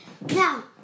Now